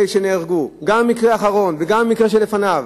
גם במקרה האחרון וגם בזה שלפניו,